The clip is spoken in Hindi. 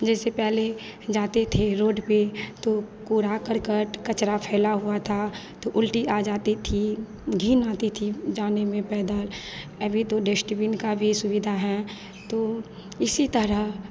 जैसे पहले जाते थे रोड पर तो कूड़ा कर्कट कचरा फैला हुआ था तो उल्टी आ जाती थी घिन आती थी जाने में पैदल अभी तो डश्टबिन की भी सुविधा हैं तो इसी तरह